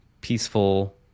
peaceful